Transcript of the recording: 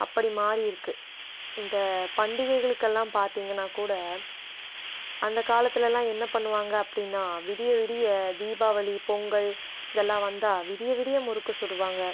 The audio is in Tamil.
அப்படி மாதிரி இருக்குது இந்த பண்டிகைகளுக்கெல்லாம் பார்த்தீங்கன்னா கூட அந்த காலத்துலெலாம் என்ன பண்ணுவாங்க அப்படின்னா விடிய விடிய தீபாவளி பொங்கல் இதெல்லாம் வந்தால் விடிய விடிய முறுக்கு சுடுவாங்க